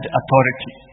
authority